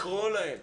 לקרוא להם